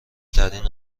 ترین